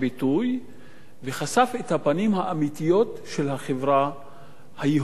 והוא חשף את הפנים האמיתיות של החברה היהודית בישראל,